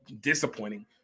disappointing